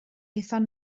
aethon